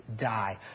die